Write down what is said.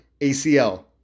ACL